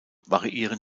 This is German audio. variieren